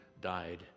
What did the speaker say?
died